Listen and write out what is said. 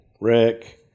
Rick